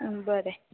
आं बरें